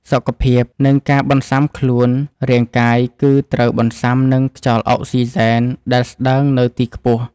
សុខភាព និងការបន្សាំខ្លួនរាងកាយគឺត្រូវបន្សាំនឹងខ្យល់អុកស៊ីហ្សែនដែលស្ដើងនៅទីខ្ពស់។